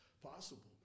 possible